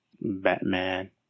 Batman